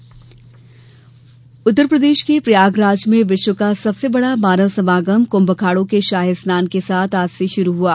कुंभ उत्तरप्रदेश में प्रयागराज में विश्व का सबसे बड़ा मानव समागम कृम्भ अखाड़ों के शाही स्नान के साथ आज से शुरु हुआ